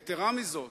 יתירה מזו,